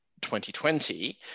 2020